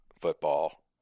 football